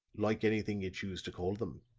like anything you choose to call them.